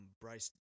Bryce